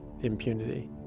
impunity